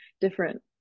different